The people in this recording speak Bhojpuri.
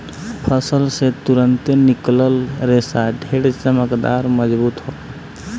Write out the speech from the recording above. फसल से तुरंते निकलल रेशा ढेर चमकदार, मजबूत होला